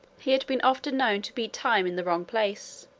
he had been often known to beat time in the wrong place